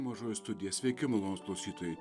mažoji studija sveiki malonūs klausytojai